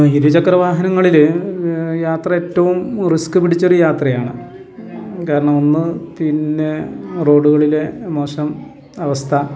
ഇരുചക്ര വാഹനങ്ങളില് യാത്ര ഏറ്റവും റിസ്ക് പിടിച്ചൊരു യാത്രയാണ് കാരണം ഒന്ന് പിന്നെ റോഡുകളിലെ മോശം അവസ്ഥ